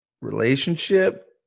relationship